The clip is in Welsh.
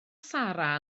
sara